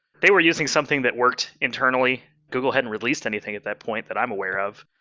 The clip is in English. they were using something that worked internally. google hadn't released anything at that point that i'm aware of.